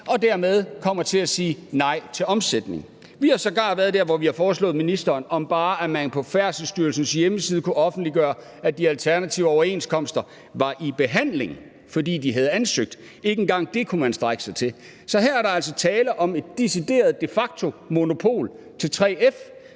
og dermed kommer til at sige nej til omsætning. Vi har sågar været der, hvor vi har foreslået ministeren, om man bare på Færdselsstyrelsens hjemmeside kunne offentliggøre, at de alternative overenskomster var under behandling, fordi de havde ansøgt. Ikke engang det kunne man strække sig til. Så her er der altså tale om et decideret, de facto, monopol til 3F,